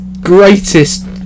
greatest